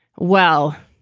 well,